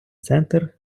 центр